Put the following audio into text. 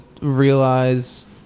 realize